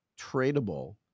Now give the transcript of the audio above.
tradable